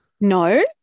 No